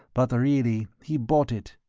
but really he bought it.